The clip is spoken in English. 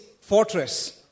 fortress